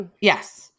Yes